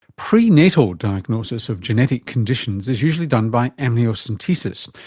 pre-natal diagnosis of genetic conditions is usually done by amniocentesis,